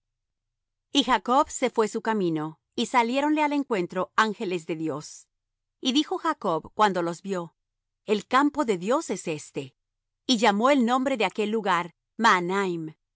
y jacob se fué su camino y saliéronle al encuentro ángeles de dios y dijo jacob cuando los vió el campo de dios es este y llamó el nombre de aquel lugar